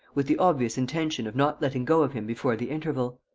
with the obvious intention of not letting go of him before the interval.